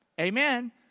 Amen